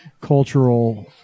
cultural